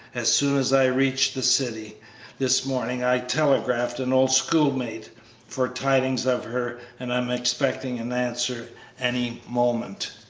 as soon as i reached the city this morning i telegraphed an old schoolmate for tidings of her, and i am expecting an answer any moment.